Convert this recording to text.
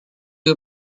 you